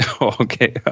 Okay